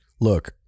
Look